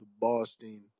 Boston